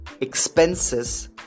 expenses